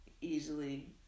easily